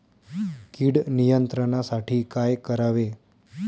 कीड नियंत्रणासाठी काय करावे?